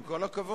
עם כל הכבוד,